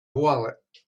wallet